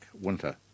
Winter